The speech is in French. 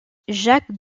jacques